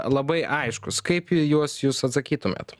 labai aiškūs kaip į juos jūs atsakytumėt